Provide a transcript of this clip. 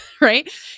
right